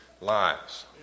lives